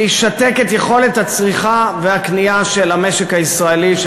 שישתק את יכולת הצריכה והקנייה של המשק הישראלי,